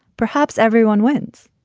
perhaps everyone wins.